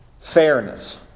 fairness